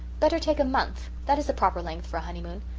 better take a month that is the proper length for a honeymoon.